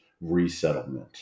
resettlement